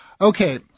Okay